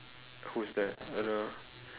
who is that I don't know